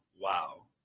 Wow